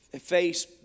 face